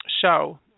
show